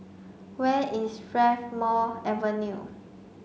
where is Strathmore Avenue